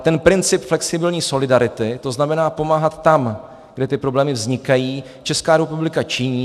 Ten princip flexibilní solidarity, to znamená pomáhat tam, kde ty problémy vznikají, Česká republika činí.